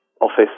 Office